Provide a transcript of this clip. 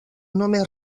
només